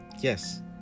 yes